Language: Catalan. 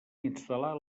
instal·lar